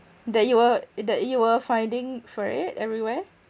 that you were eh that you were finding for it everywhere